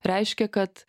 reiškia kad